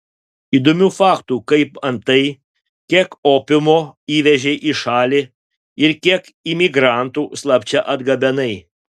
įdomių faktų kaip antai kiek opiumo įvežei į šalį ir kiek imigrantų slapčia atgabenai